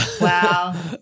Wow